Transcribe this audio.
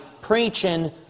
preaching